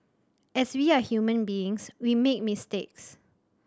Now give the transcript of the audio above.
as we are human beings we make mistakes